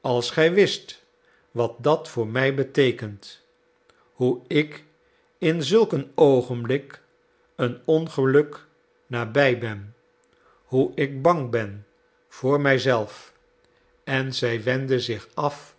als gij wist wat dat voor mij beteekent hoe ik in zulk een oogenblik een ongeluk nabij ben hoe ik bang ben voor mij zelf en zij wendde zich af